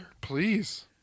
Please